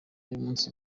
y’umunsi